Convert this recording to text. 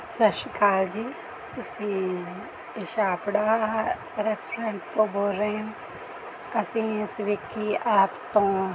ਸਤਿ ਸ਼੍ਰੀ ਅਕਾਲ ਜੀ ਤੁਸੀਂ ਇਛਾਪੜਾ ਰੈਸਟੋਰੈਂਟ ਤੋਂ ਬੋਲ ਰਹੇ ਹੋ ਅਸੀਂ ਸਵਿਗੀ ਐਪ ਤੋਂ